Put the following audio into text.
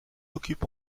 occupe